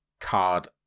card